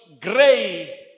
gray